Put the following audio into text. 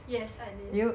yes I did